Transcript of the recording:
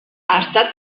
està